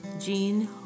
Jean